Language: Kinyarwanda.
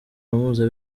mpuza